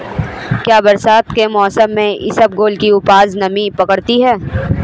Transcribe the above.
क्या बरसात के मौसम में इसबगोल की उपज नमी पकड़ती है?